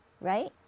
right